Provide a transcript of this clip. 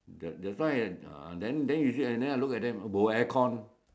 that that's why and then then you say and then I look at them uh bo aircon